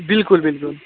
बिल्कुल बिल्कुल